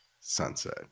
Sunset